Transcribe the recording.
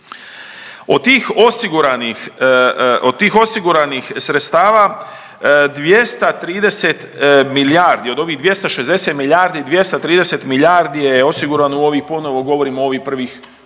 od tih osiguranih sredstava 230 milijardi, od ovih 260 milijardi, 230 milijardi je osigurano u ovih, ponovo govorim, u ovi prvih, prvih